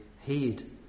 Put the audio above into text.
heed